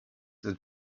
that